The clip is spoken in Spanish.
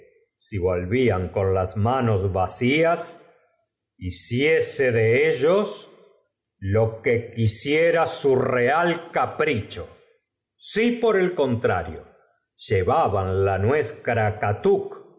si volvíán con las manos vacias hiciese las probabilidades eran que e l que habla de ellos jo que quisiera u real capricho si por el contlario llevaban la